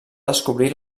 descobrir